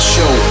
Show